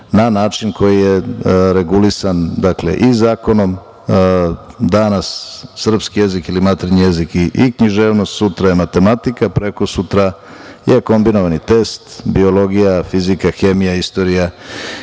na način koji je regulisan zakonom. Danas srpski jezik ili maternji jezik i književnost, sutra je matematika, prekosutra je kombinovani test biologija, fizika, hemija, istorija